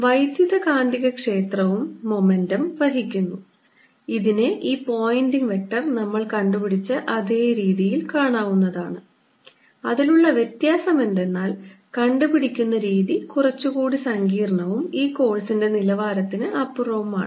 വൈദ്യുതകാന്തികക്ഷേത്രവും momentum വഹിക്കുന്നു അതിനെ ഈ പോയിന്റിംഗ് വെക്റ്റർ നമ്മൾ കണ്ടുപിടിച്ച അതേ രീതിയിൽ കാണാവുന്നതാണ് അതിൽ ഉള്ള വ്യത്യാസം എന്തെന്നാൽ കണ്ടു പിടിക്കുന്ന രീതി കുറച്ചുകൂടി സങ്കീർണ്ണവും ഈ കോഴ്സിന്റെ നിലവാരത്തിന് അപ്പുറവുമാണ്